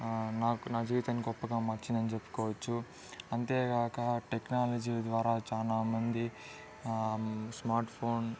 నాకు నా జీవితాన్ని గొప్పగా మార్చింది అని చెప్పుకోవచ్చు అంతేగాక టెక్నాలజీ ద్వారా చాలా మంది స్మార్ట్ ఫోన్